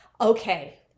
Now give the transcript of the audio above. okay